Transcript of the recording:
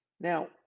Now